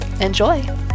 Enjoy